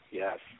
yes